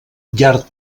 llard